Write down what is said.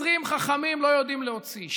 20 חכמים לא יודעים להוציא.